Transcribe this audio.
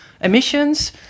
emissions